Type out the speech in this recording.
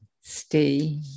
stay